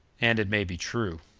and it may be true,